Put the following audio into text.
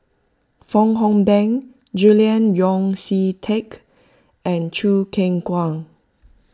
Fong Hoe Beng Julian Yeo See Teck and Choo Keng Kwang